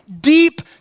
deep